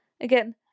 Again